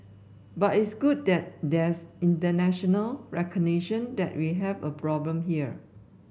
but it's good that there's international recognition that we have a problem here